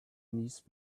niece